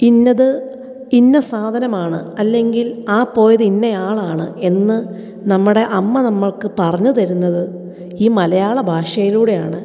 ഇന്നത് ഇന്ന സാധനമാണ് അല്ലെങ്കിൽ ആ പോയത് ഇന്ന ആളാണ് എന്ന് നമ്മുടെ അമ്മ നമ്മൾക്ക് പറഞ്ഞു തരുന്നത് ഈ മലയാള ഭാഷയിലൂടെയാണ്